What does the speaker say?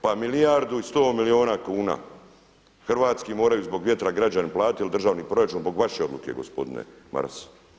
Pa milijardu i 100 milijuna kuna hrvatski moraju zbog vjetra građani platiti jer državni proračun zbog vaše odluke gospodine Maras.